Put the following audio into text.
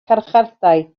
carchardai